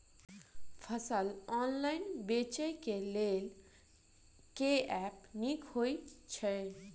फसल ऑनलाइन बेचै केँ लेल केँ ऐप नीक होइ छै?